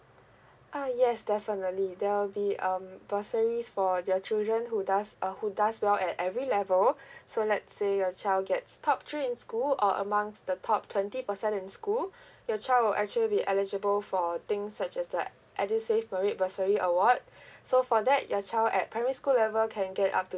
uh yes definitely there will be um bursaries for your children who does uh who does well at every level so let's say your child gets top three in school or amongst the top twenty percent in school your child will actually be eligible for things such as that edusave merit bursary award so for that your child at primary school level can get up to